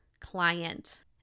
client